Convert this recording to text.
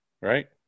right